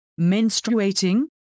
menstruating